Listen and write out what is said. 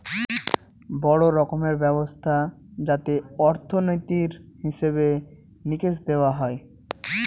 বড়ো রকমের ব্যবস্থা যাতে অর্থনীতির হিসেবে নিকেশ দেখা হয়